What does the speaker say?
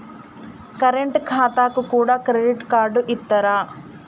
Current ఖాతాకు కూడా credit card ఇత్తరా?